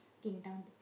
down there